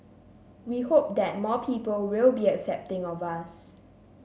we hope that more people will be accepting of us